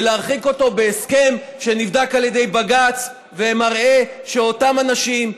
ולהרחיק אותו בהסכם שנבדק על ידי בג"ץ ומראה שאותם אנשים,